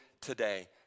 today